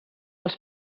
als